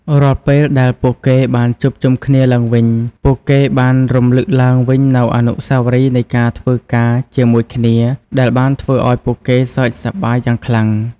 រាល់ពេលដែលពួកគេបានជួបជុំគ្នាឡើងវិញ ពួកគេបានរំលឹកឡើងវិញនូវអនុស្សាវរីយ៍នៃការធ្វើការជាមួយគ្នាដែលបានធ្វើឲ្យពួកគេសើចសប្បាយយ៉ាងខ្លាំង។